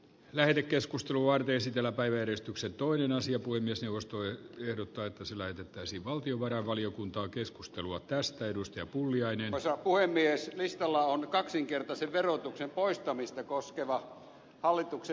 lähetekeskustelu on esitellä päiväjärjestyksen toinen asia kuin myös neuvosto ehdottaa että se laitettaisiin valtiovarainvaliokuntaa keskustelua tästä edusti pulliainen osa puhemies listalla on kaksinkertaisen verotuksen poistamista koskeva hallituksen esitys